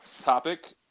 topic